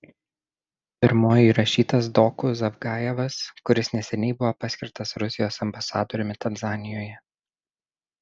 pirmuoju įrašytas doku zavgajevas kuris neseniai buvo paskirtas rusijos ambasadoriumi tanzanijoje